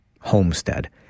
homestead